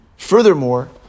Furthermore